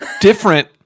Different